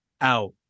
out